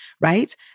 right